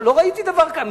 לא ראיתי דבר כזה.